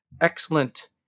excellent